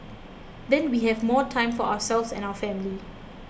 then we have more time for ourselves and our family